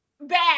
bad